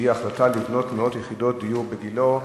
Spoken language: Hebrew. ההחלטה לבנות מאות יחידות דיור בגילה,